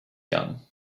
young